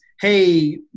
hey